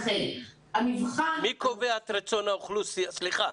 לכן המבחן --- סליחה,